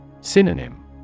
Synonym